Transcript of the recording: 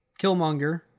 Killmonger